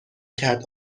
کرد